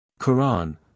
Quran